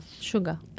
Sugar